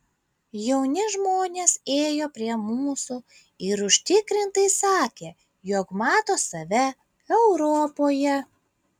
jauni žmonės ėjo prie mūsų ir užtikrintai sakė jog mato save europoje